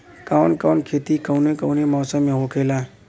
कवन कवन खेती कउने कउने मौसम में होखेला?